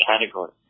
category